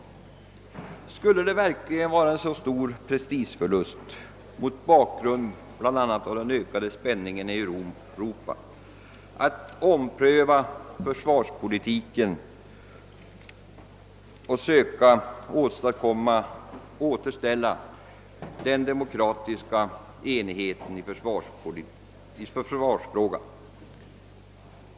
Skulle det verkligen vara en så stor prestigeförlust — mot bakgrund bl.a. av den ökade spänningen i Europa — att ompröva försvars politiken och söka återställa den demokratiska enigheten i försvarsfrågan?